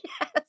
yes